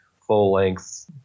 full-length